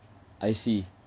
I see